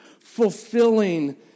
fulfilling